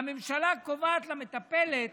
הממשלה קובעת למטפלת